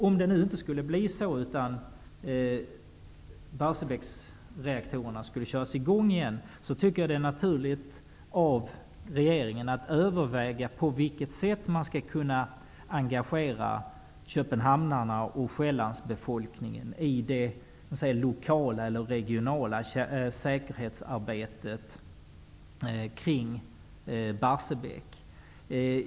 Om det nu inte skulle bli så, utan Barsebäcksreaktorerna skulle köras i gång igen, tycker jag att det är naturligt av regeringen att överväga på vilket sätt man skall kunna engagera köpenhamnarna och den övriga befolkningen på Själland i det lokala eller regionala säkerhetsarbetet kring Barsebäck.